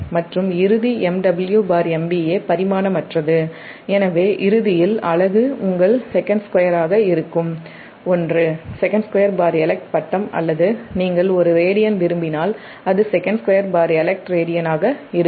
மற்றும் இறுதி MW MVA பரிமாணமற்றது எனவே இறுதியில் அலகு உங்கள் sec2 ஆக இருக்கும் ஒன்றுsec2 elect ஃபேஸ் அல்லது நீங்கள் ஒரு ரேடியன் விரும்பினால் அது sec2 elect radian ஆக இருக்கும்